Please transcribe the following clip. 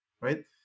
right